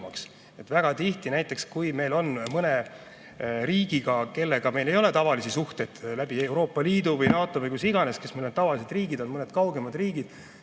Väga tihti näiteks, kui on tegu mõne riigiga, kellega meil ei ole tavalisi suhteid läbi Euroopa Liidu või NATO või kuidas iganes – tavaliselt on need mõned kaugemad riigid